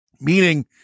Meaning